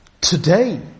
today